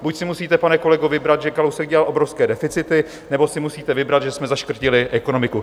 Buď si musíte, pane kolego, vybrat, že Kalousek dělal obrovské deficity, nebo si musíte vybrat, že jsme zaškrtili ekonomiku.